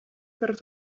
per